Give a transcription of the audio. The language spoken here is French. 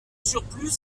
surplus